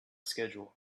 schedule